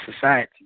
society